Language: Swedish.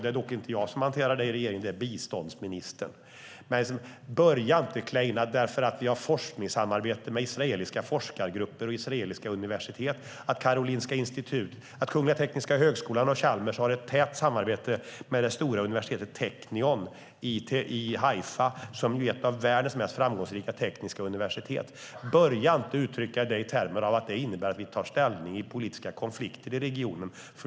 Det är dock inte jag som hanterar det i regeringen, utan det är biståndsministern. Vi har ett forskningssamarbete med israeliska forskningsgrupper och israeliska universitet, och Kungliga Tekniska högskolan och Chalmers har ett tätt samarbete med det stora universitetet Technion i Haifa, som är ett av världens mest framgångsrika tekniska universitet. Börja inte uttrycka det i termer av att det innebär att vi tar ställning i politiska konflikter i regionen!